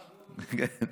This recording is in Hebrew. הרווחה.